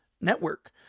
network